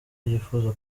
yifuza